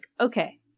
okay